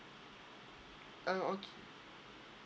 oh okay